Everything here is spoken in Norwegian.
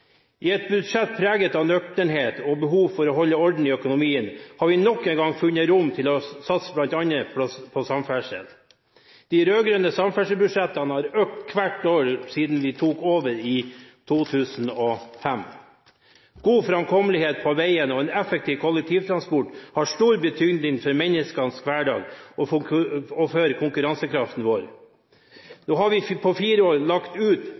I et budsjett preget av nøkternhet og behov for å holde orden i økonomien har vi nok en gang funnet rom for å satse bl.a. på samferdsel. De rød-grønnes samferdselsbudsjett har økt hvert år siden vi tok over i 2005. God framkommelighet på veien og en effektiv kollektivtransport har stor betydning for menneskers hverdag og for konkurransekraften vår. På fire år har vi lagt ut